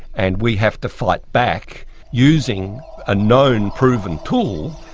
and we have to fight back using a known proven tool,